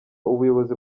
ubuyobozi